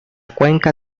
cuenca